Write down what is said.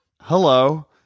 Hello